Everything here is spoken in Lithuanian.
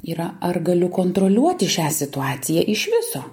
yra ar galiu kontroliuoti šią situaciją iš viso